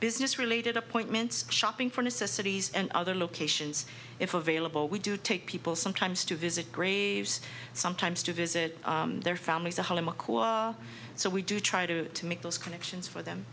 business related appointments shopping for necessities and other locations if available we do take people sometimes to visit graves sometimes to visit their families ahead of macaw so we do try to make those connections for them